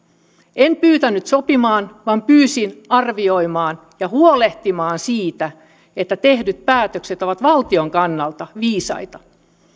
en pyytänyt sopimaan vaan pyysin arvioimaan ja huolehtimaan että tehdyt päätökset ovat valtion kannalta viisaita